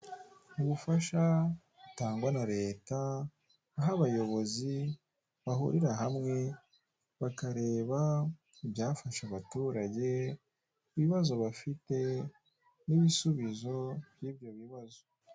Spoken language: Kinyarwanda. Ubufasha butangwa na leta aho abayobozi bahurira hamwe bakareba ibyafasha abaturage, ibibazo bafite n'ibisubiozo by'ibyo bibazo.